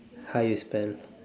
how you spell